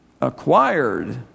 acquired